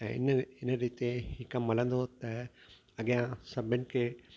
ऐं इन इन रीते ई कमु हलंदो त अॻियां सभिनि खे